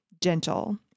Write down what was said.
gentle